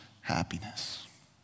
happiness